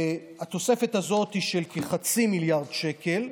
התוספת הזאת היא של כחצי מיליארד שקל,